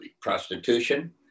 prostitution